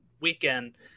weekend